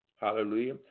hallelujah